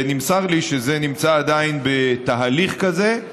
נמסר לי שזה נמצא עדיין בתהליך כזה,